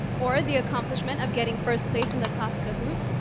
or the accomplishment of getting first place in the class kahoot